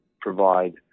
provide